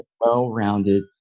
well-rounded